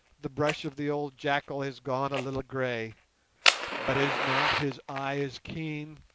the brush of the old jackal has gone a little grey but is not his eye as keen,